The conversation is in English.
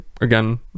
again